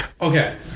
Okay